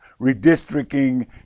redistricting